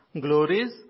glories